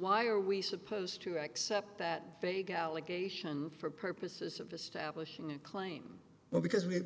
why are we supposed to accept that they go allegation for purposes of establishing a claim well because we